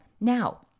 now